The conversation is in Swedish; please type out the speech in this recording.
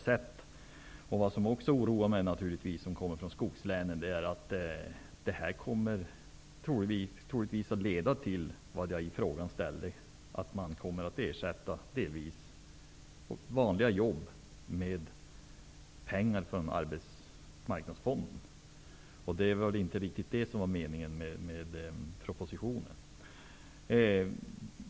Något som också oroar mig som kommer från ett skogslän är att detta troligtvis kommer att leda till det som jag berörde i min fråga, nämligen att man delvis kommer att ersätta vanliga jobb med pengar från arbetsmarknadsfonden. Det var inte riktigt det som var meningen med propositionen.